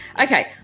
okay